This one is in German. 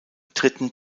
dritten